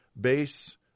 base